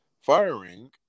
firing